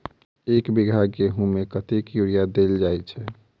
एक बीघा गेंहूँ मे कतेक यूरिया देल जाय छै?